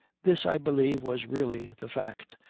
this i believe was really the fact,